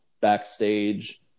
backstage